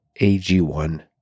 AG1